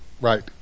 right